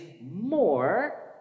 more